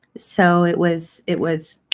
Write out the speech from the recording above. so it was it was